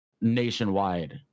nationwide